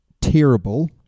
terrible